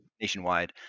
nationwide